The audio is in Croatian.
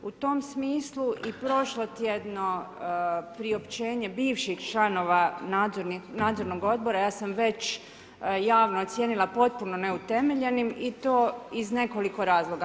U tom smislu i prošlotjedno priopćenje bivših članova Nadzornog odbora, ja sam već javno ocijenila potpuno neutemeljenim i to iz nekoliko razloga.